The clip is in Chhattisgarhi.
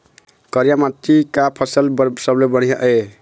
करिया माटी का फसल बर सबले बढ़िया ये?